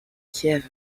kiev